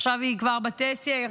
שעכשיו היא כבר בת עשר,